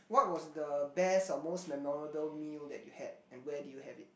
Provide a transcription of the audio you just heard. what was the best or most memorable meal that you had and where did you have it